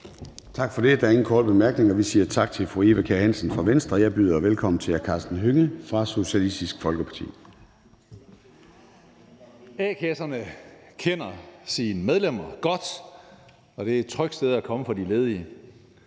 Tak for det. Der er ingen korte bemærkninger. Vi siger tak til fru Eva Kjer Hansen fra Venstre, og jeg byder velkommen til hr. Karsten Hønge fra Socialistisk Folkeparti.